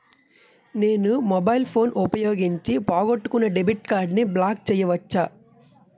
నేను mobile phone ఉపయోగించి పోగొట్టుకున్న డెబిట్ కార్డ్ని బ్లాక్ చేయవచ్చా?